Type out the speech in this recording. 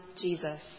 Jesus